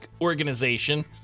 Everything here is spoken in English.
organization